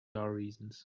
reasons